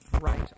right